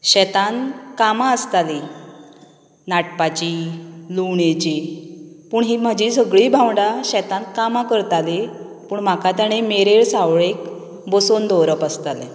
शेतान कामां आसताली नाटपाची लुवणेची पूण ही म्हाजी सगळीं भावंडा शेतान कामां करतालीं पूण म्हाका तांणी मेरेर सावळेक बसोवन दवरप आसताले